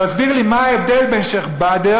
תסביר לי מה ההבדל בין שיח'-באדר,